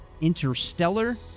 Interstellar